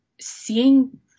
seeing